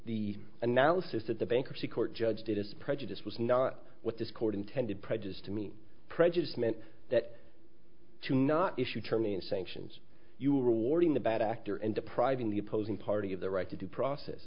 the analysis that the bankruptcy court judge did is prejudice was not what this court intended prejudice to mean prejudice meant that to not issue turn and sanctions you're rewarding the bad actor and depriving the opposing party of the right to due process